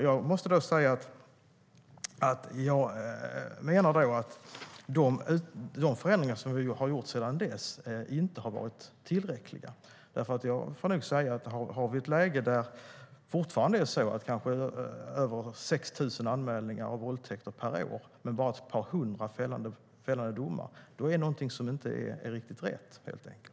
Jag menar att de förändringar vi har gjort sedan dess inte har varit tillräckliga. Vi har fortfarande ett läge med över 6 000 anmälningar av våldtäkter per år men bara ett par hundra fällande domar. Då är något helt enkelt inte riktigt rätt.